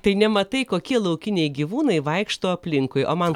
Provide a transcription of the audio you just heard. tai nematai kokie laukiniai gyvūnai vaikšto aplinkui o man